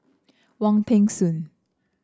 Wong Peng Soon